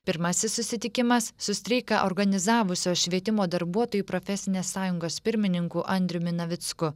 pirmasis susitikimas su streiką organizavusios švietimo darbuotojų profesinės sąjungos pirmininku andriumi navicku